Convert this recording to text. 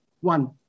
one